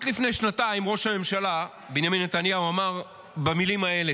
רק לפני שנתיים ראש הממשלה בנימין נתניהו אמר במילים האלה,